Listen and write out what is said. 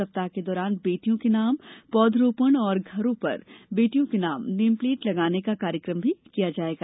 सप्ताह के दौरान बेटियों के नाम पौधारोपण और घरों पर बेटियों के नाम पर नेम प्लेट लगाने का कार्य भी किया जाएगा